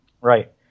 Right